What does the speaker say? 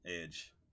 Edge